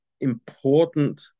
important